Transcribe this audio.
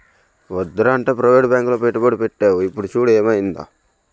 వద్దురా అంటే ప్రవేటు బాంకులో పెట్టుబడి పెట్టేవు ఇప్పుడు చూడు ఏమయిందో